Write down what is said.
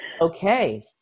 okay